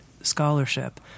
scholarship